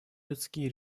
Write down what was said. людские